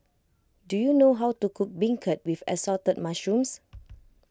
do you know how to cook Beancurd with Assorted Mushrooms